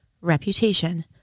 Reputation